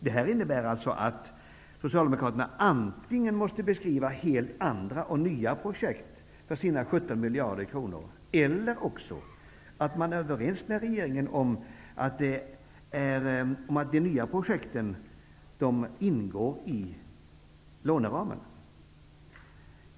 Det här innebär alltså att Socialdemokraterna antingen måste beskriva helt andra och nya projekt för sina 17 mdkr eller att man är överens med regeringen om de nya projekt som ingår i låneramen.